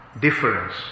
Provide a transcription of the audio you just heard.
difference